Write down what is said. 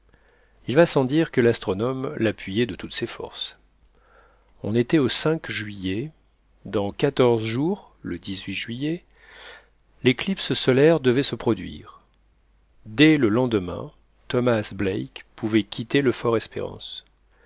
il va sans dire que l'astronome l'appuyait de toutes ses forces on était au juillet dans quatorze jours le juillet l'éclipse solaire devait se produire dès le lendemain thomas black pouvait quitter le